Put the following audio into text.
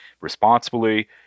responsibly